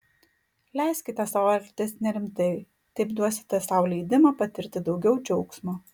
leiskite sau elgtis nerimtai taip duosite sau leidimą patirti daugiau džiaugsmo